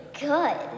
good